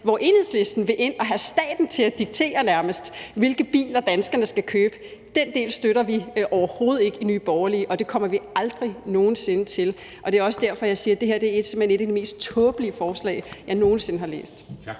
hvor Enhedslisten vil ind og have staten til nærmest at diktere, hvilke biler danskerne skal købe. Den del støtter vi overhovedet ikke i Nye Borgerlige, og det kommer vi aldrig nogen sinde til. Det er også derfor, jeg siger, at det her simpelt hen er et af de mest tåbelige forslag, jeg nogen sinde har læst.